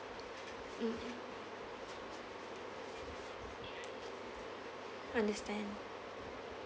mm understand